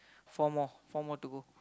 four more four more to go